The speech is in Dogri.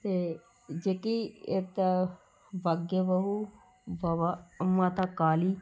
ते जेह्की इत्त ऐ बागे बहू बबा माता काली